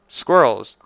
Squirrels